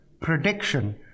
prediction